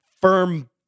firm